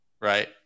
Right